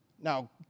now